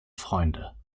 freunde